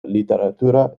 literatura